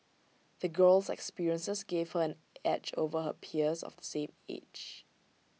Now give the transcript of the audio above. the girl's experiences gave her an edge over her peers of the same age